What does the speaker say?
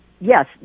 Yes